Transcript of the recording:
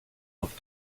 auf